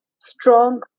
strong